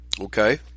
Okay